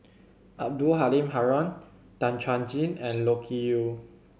Abdul Halim Haron Tan Chuan Jin and Loke Yew